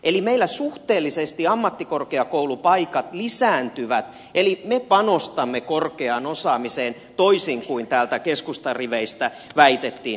eli meillä suhteellisesti ammattikorkeakoulupaikat lisääntyvät eli me panostamme korkeaan osaamiseen toisin kuin täällä keskustan riveistä väitettiin